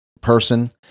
person